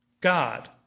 God